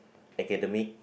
academic